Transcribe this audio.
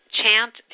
chant